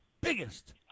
biggest